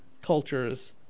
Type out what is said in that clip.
Cultures